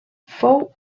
fou